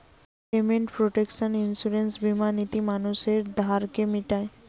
payment protection insurance বীমা নীতি মানুষের ধারকে মিটায়